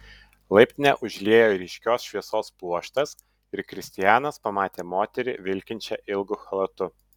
laiptinę užliejo ryškios šviesos pluoštas ir kristianas pamatė moterį vilkinčią ilgu chalatu